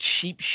cheap